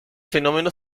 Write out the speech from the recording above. fenómeno